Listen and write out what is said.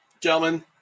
Gentlemen